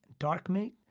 dark meat,